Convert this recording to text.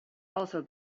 also